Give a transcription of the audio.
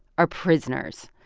are prisoners.